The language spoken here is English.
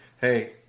hey